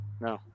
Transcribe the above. No